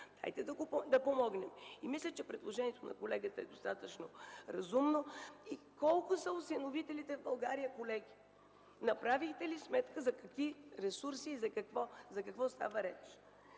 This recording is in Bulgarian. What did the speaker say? нека да помогнем! Мисля предложението на колегата за достатъчно разумно. Колеги, колко са осиновителите в България? Направихте ли сметка за какви ресурси и за какво става реч?